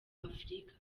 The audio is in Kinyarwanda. afurika